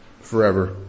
forever